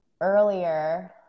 earlier